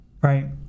Right